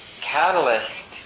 catalyst